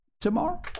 tomorrow